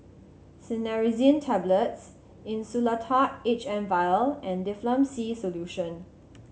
Cinnarizine Tablets Insulatard H M Vial and Difflam C Solution